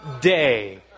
day